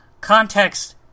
context